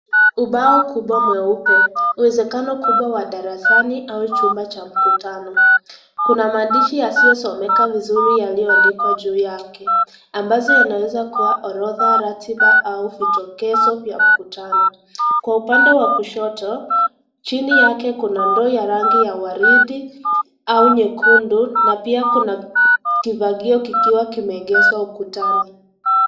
Ubao kumbwa mweupe uwezakano kumbwa wadarasani au chumba cha mkutano, Kuna maandishi yasiyo onekana yalioandikwa juu yake ambazo yanaweza kuwa orodha ratiba au vidokezo vya mkutano kwa upande wa kushoto, chini yake kuna mitungi ya rangi ya warithi au nyekundu, na pia Kuna kifagio ambayo kimeegezwa ukutani.